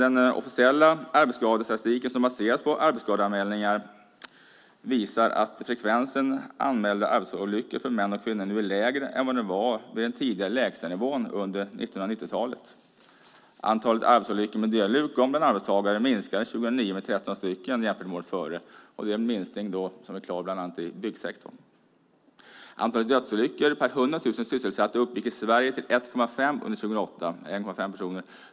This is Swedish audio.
Den officiella arbetsskadestatistiken som baseras på arbetsskadeanmälningar visar att frekvensen anmälda arbetsolyckor för män och kvinnor nu är lägre än vad den var vid den tidigare lägsta nivån under 1990-talet. Arbetsolyckorna med dödlig utgång bland arbetstagare var 13 färre 2009 jämfört med året före. Det är en klar minskning i bland annat byggsektorn. Antalet dödsolyckor per hundra tusen sysselsatta uppgick i Sverige till 1,5 under 2008.